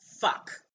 fuck